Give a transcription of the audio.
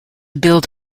build